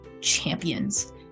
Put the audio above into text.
champions